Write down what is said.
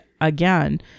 again